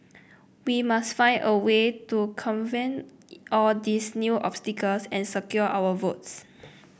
we must find a way to all these new obstacles and secure our votes